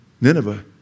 Nineveh